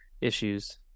issues